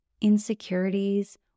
insecurities